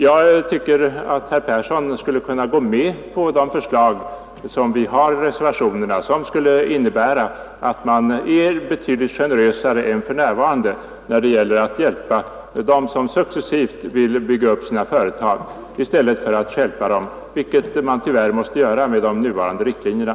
Jag tycker att herr Persson i Skänninge skulle kunna gå med på de förslag som vi framför i reservationerna och som skulle innebära att man skulle vara betydligt generösare än för närvarande när det gäller dem, som successivt vill bygga upp sina företag, i stället för att stjälpa dem, vilket man tyvärr måste göra med de nuvarande riktlinjerna.